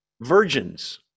virgins